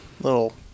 little